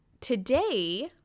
today